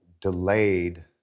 delayed